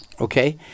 okay